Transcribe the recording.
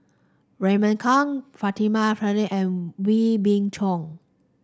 Raymond Kang Fatimah and Wee Beng Chong